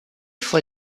for